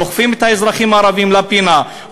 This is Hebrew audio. דוחפים את האזרחים הערבים לפינה,